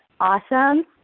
awesome